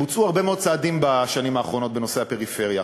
בוצעו הרבה מאוד צעדים בשנים האחרונות בנושא הפריפריה,